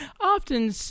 often